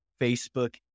Facebook